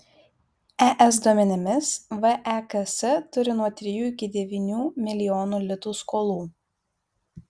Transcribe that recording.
es duomenimis veks turi nuo trijų iki devynių milijonų litų skolų